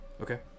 Okay